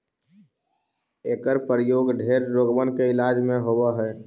एकर प्रयोग ढेर रोगबन के इलाज में होब हई